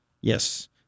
Yes